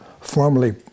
formally